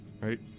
right